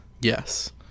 Yes